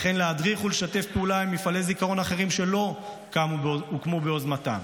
וכן להדריך ולשתף פעולה עם מפעלי זיכרון אחרים שלא הוקמו ביוזמתה,